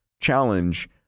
challenge